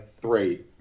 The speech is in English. three